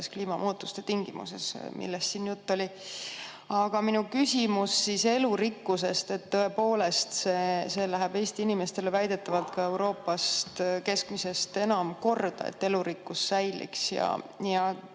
kliimamuutuste tingimustes, millest siin juttu oli. Aga minu küsimus on elurikkuse kohta. Tõepoolest, see läheb Eesti inimestele väidetavalt Euroopa keskmisest enam korda, et elurikkus säiliks. Et teha